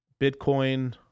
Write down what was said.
Bitcoin